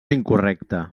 incorrecte